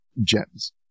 gems